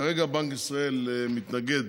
כרגע בנק ישראל מתנגד